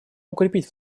укрепить